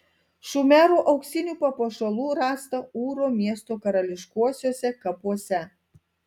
šumerų auksinių papuošalų rasta ūro miesto karališkuosiuose kapuose